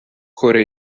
کره